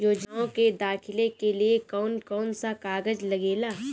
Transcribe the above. योजनाओ के दाखिले के लिए कौउन कौउन सा कागज लगेला?